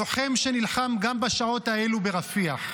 לוחם שנלחם גם בשעות האלו ברפיח.